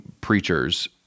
preachers